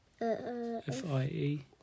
F-I-E